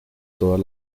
todas